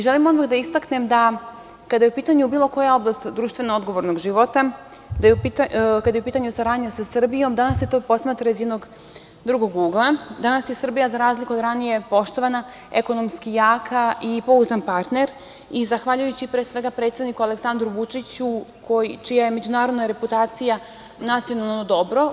Želim odmah da istaknem da kada je u pitanju bilo koja oblast društveno odgovornog života, kada je u pitanju saradnja sa Srbijom, danas se to posmatra iz jednog drugog ugla, danas je Srbija, za razliku od ranije, poštovana, ekonomski jaka i pouzdan partner, zahvaljujući, pre svega, predsedniku Aleksandru Vučiću, čija je međunarodna reputacija nacionalno dobro.